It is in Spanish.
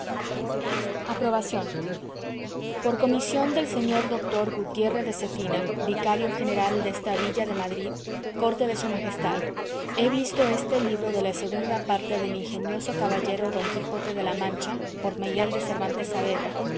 aprobación por comisión del señor doctor gutierre de cetina vicario general desta villa de madrid corte de su majestad he visto este libro de la segunda parte del ingenioso caballero don quijote de la mancha por miguel de cervantes saavedra